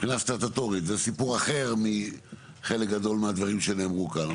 מבחינה סטטוטורית זה סיפור אחר מחלק גדול מהדברים שנאמרו כאן,